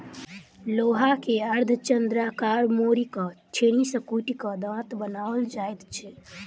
लोहा के अर्धचन्द्राकार मोड़ि क छेनी सॅ कुटि क दाँत बनाओल जाइत छै